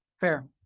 Fair